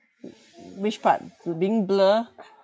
whi~ which part being blur